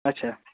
اچھا